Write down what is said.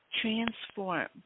transform